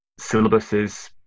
syllabuses